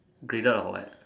graded or what